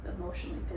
emotionally